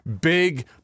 big